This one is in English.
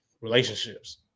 Relationships